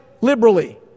liberally